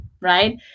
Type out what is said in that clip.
right